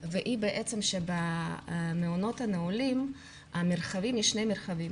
והיא שבעצם שבמעונות הנעולים יש שני מרחבים,